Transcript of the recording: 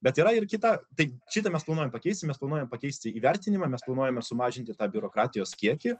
bet yra ir kita tai šitą mes planuojam pakeisti mes planuojam pakeisti įvertinimą mes planuojame sumažinti tą biurokratijos kiekį